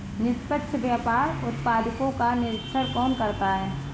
निष्पक्ष व्यापार उत्पादकों का निरीक्षण कौन करता है?